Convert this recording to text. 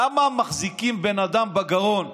למה מחזיקים בן אדם בגרון?